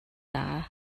даа